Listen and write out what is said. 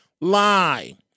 lie